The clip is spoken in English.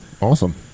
Awesome